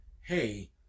hey